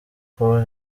kuba